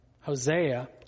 Hosea